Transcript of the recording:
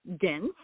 dense